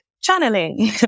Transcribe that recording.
channeling